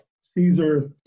Caesar